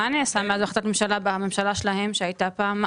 מה נעשה מאז החלטת ממשלה, בממשלה שלהם שהייתה פעם?